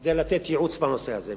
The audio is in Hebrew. כדי לתת ייעוץ בנושא הזה.